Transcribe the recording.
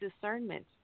discernment